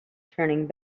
turning